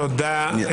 תודה רבה.